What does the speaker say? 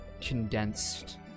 condensed